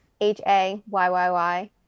H-A-Y-Y-Y